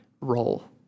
role